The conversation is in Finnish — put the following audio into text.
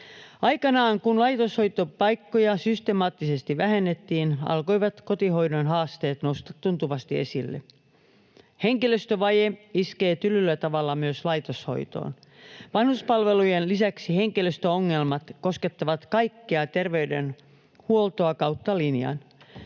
Aikanaan, kun laitoshoitopaikkoja systemaattisesti vähennettiin, alkoivat kotihoidon haasteet nousta tuntuvasti esille. Henkilöstövaje iskee tylyllä tavalla myös laitoshoitoon. Vanhuspalvelujen lisäksi henkilöstöongelmat koskettavat kaikkea terveydenhuoltoa kautta linjan.